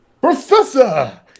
Professor